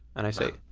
and i say,